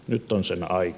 nyt on sen aika